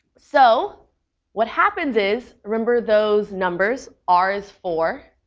so what happens is remember those numbers r is four,